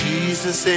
Jesus